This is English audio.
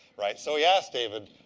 right? so he asked david.